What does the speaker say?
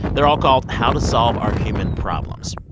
they're all called how to solve our human problems.